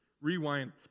rewind